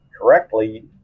correctly